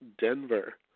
Denver